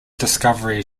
discovery